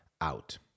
out